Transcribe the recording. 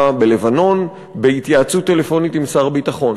בלבנון בהתייעצות טלפונית עם שר ביטחון.